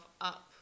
up